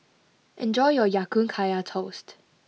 enjoy your Ya Kun Kaya Toast